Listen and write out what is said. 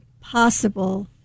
possible